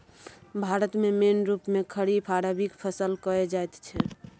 भारत मे मेन रुप मे खरीफ आ रबीक फसल कएल जाइत छै